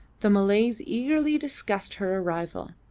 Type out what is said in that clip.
the malays eagerly discussed her arrival.